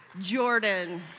Jordan